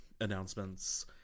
announcements